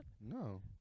No